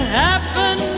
happen